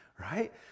right